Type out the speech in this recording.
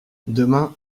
demain